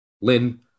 Lynn